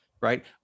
right